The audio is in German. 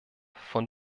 von